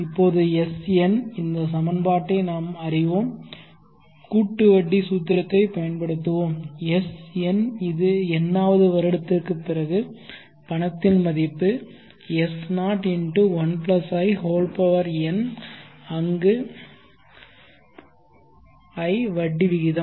இப்போது Sn இந்த சமன்பாட்டை நாம் அறிவோம் கூட்டு வட்டி சூத்திரத்தைப் பயன்படுத்துவோம் Sn இது n வது வருடத்திற்குப் பிறகு பணத்தின் மதிப்பு S01in அங்கு நான் வட்டி விகிதம்